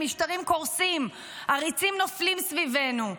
משטרים קורסים, עריצים נופלים סביבנו,